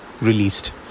released